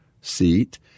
seat